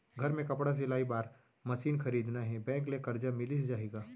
घर मे कपड़ा सिलाई बार मशीन खरीदना हे बैंक ले करजा मिलिस जाही का?